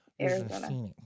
Arizona